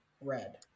red